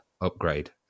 upgrade